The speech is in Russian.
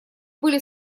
были